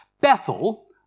Bethel